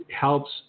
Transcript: helps